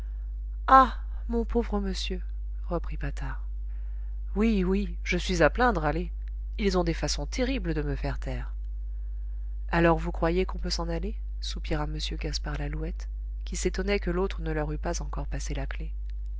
ah mon pauvre monsieur reprit patard oui oui je suis à plaindre allez ils ont des façons terribles de me faire taire alors vous croyez qu'on peut s'en aller soupira m gaspard lalouette qui s'étonnait que l'autre ne leur eût pas encore passé la clef